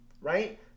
right